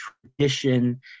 tradition